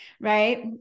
Right